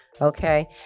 Okay